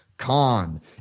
Con